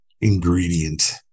ingredient